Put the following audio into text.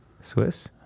Swiss